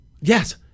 Yes